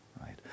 right